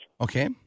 Okay